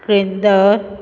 केंद्र